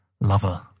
Lover